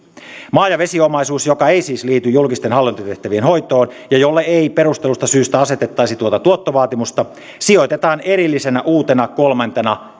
maa ja vesiomaisuus joka ei siis liity julkisten hallintotehtävien hoitoon ja jolle ei perustellusta syystä asetettaisi tuota tuottovaatimusta sijoitetaan erillisenä uutena kolmantena